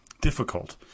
difficult